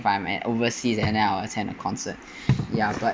if I'm at overseas and I will attend the concert ya but